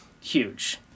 huge